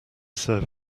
serve